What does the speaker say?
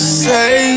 say